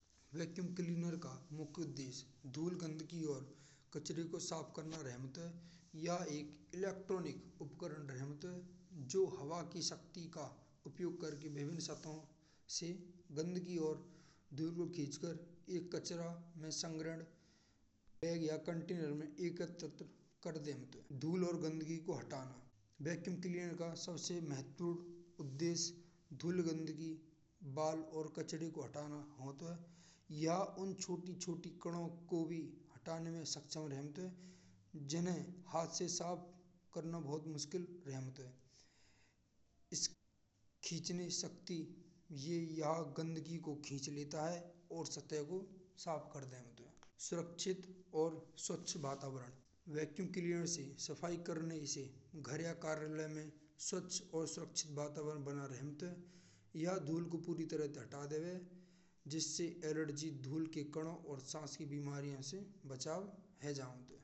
Vacuum cleaner का मुख्य उद्देश्य धूल गंदगी, और कचरे को साफ करना रहता है। यह एक इलेक्ट्रॉनिक उपकरण रहता है जो हवा की शक्ति का उपयोग करके भिन्न। सतह से गंदगी और धूळ खींचकर एक कचरा में संग्रहण या एक कंटेनर में एकत्रित कर देता है। धूल और गंदगी को हटाना वैक्यूम क्लीनर का सबसे महत्वपूर्ण उद्देश्य है, धूल, गंदगी, बाल और कचरे को हटाना होता है। हाँ छोटे छोटे कणों को भी हटाना में सक्षम रहता है। जिन्हें हाथ से साफ करना बहुत मुश्किल रहता है। खींच नहीं सकती या गंदगी को खींच लेता है। और सतह को साफ कर देना। सुरक्षित और स्वच्छ पर्यावरण वैक्यूम क्लीनर से सफाई करने से घर या कार्यालय में स्वच्छ और सुरक्षित पर्यावरण बना रहता है। यह धूल को पूरी तरह से हटा देवे। जिससे एलर्जी होने का डर होता है। धूल के कणों और सांस की बीमारी से बचा जाता है।